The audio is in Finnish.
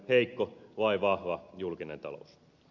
heikko vai vahva julkinen talous